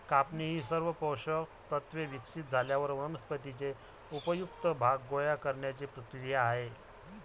कापणी ही सर्व पोषक तत्त्वे विकसित झाल्यावर वनस्पतीचे उपयुक्त भाग गोळा करण्याची क्रिया आहे